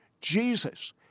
Jesus